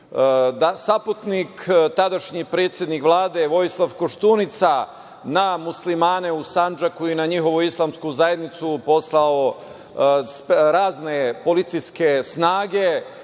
saputnik, tadašnji predsednik Vlade Vojislav Koštunica na muslimane u Sandžaku i na njihovu islamsku zajednicu poslao razne policijske snage